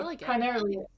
Primarily